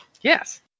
Yes